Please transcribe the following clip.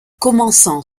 commençant